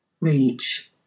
reach